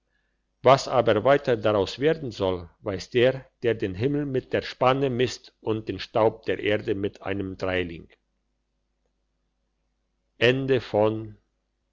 was aber weiter daraus werden soll weiss der der den himmel mit der spanne misst und den staub der erde mit einem dreiling